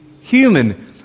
human